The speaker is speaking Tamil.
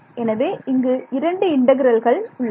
எனவே இங்கு இரண்டு இன்டெக்ரல்கள் உள்ளன